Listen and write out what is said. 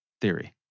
theory